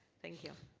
thank you.